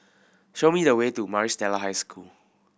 show me the way to Maris Stella High School